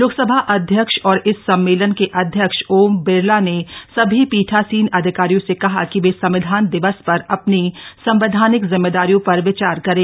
लोकसभा अध्यक्ष और इस सम्मेलन के अध्यक्ष ओम बिरला ने सभी पीठासीन अधिकारियों से कहा कि वे संविधान दिवस पर अपनी संवैधानिक जिम्मेदारियों पर विचार करें